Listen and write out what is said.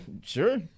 Sure